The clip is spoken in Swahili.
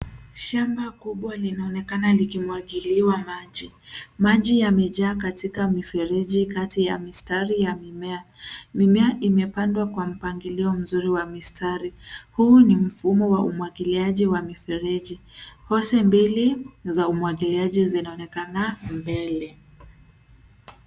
Shamba kubwa linaonekana likimwagiliwa maji. Maji yamejaa katika mifereji kati ya mistari ya mimea. Mimea imepandwa kwa mpangilio mzuri wa mistari. Huu ni mfumo wa umwagiliaji wa mirefereji. Hosi mbili za umwagiliaji zinaonekana mbele.